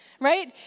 Right